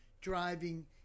driving